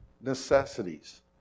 necessities